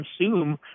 consume